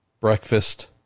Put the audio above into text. breakfast